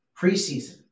preseason